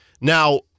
Now